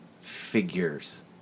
figures